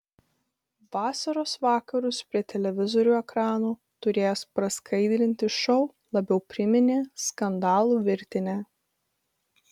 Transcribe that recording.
vasaros vakarus prie televizorių ekranų turėjęs praskaidrinti šou labiau priminė skandalų virtinę